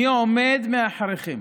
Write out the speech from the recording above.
מי עומד מאחוריכם?